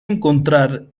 encontrar